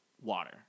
water